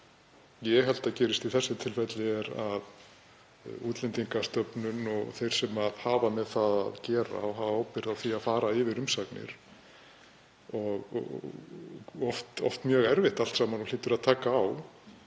ég held að gerist í þessu tilfelli er að Útlendingastofnun og þeir sem hafa með þetta að gera og bera ábyrgð á því að fara yfir umsagnir, sem er oft mjög erfitt allt saman og hlýtur að taka á